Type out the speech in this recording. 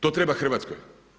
To treba Hrvatskoj?